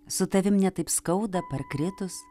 su tavim ne taip skauda parkritus